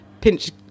pinch